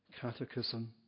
Catechism